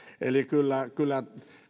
eli kyllä